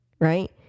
Right